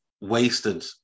wasted